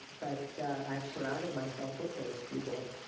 but i've surrounded myself with those people.